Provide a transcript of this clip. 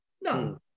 No